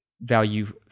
value